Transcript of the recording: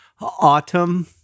Autumn